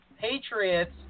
Patriots